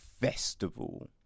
festival